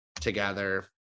together